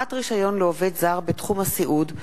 (הארכת רשיון לעובד זר בתחום הסיעוד),